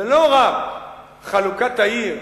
ולא רק חלוקת העיר